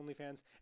onlyfans